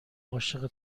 عاشق